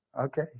Okay